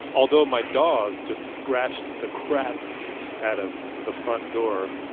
although my dog just scratched the crap out of the front door,